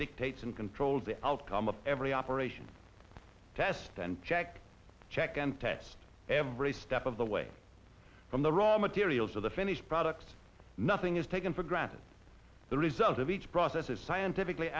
dictates and controls the outcome of every operation test and check check and test every step of the way from the raw materials to the finished product nothing is taken for granted the result of each process is scientifically